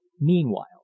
Meanwhile